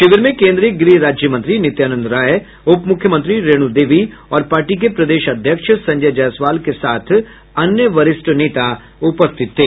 शिविर में कोन्द्रीय गृह राज्य मंत्री नित्यानंद राय उपमुख्यमी रेणू देवी और पार्टी के प्रदेश अध्यक्ष संजय जायसवाल के साथ अन्य वरिष्ठ नेता उपस्थि थे